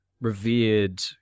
Revered